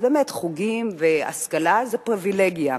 אז באמת, חוגים והשכלה הם פריווילגיה.